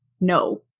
no